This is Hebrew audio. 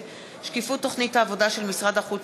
הכנסת עמר בר-לב בנושא: שקיפות תוכנית העבודה של משרד החוץ